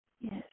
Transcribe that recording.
Yes